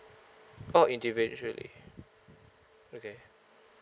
oh individually okay